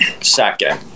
second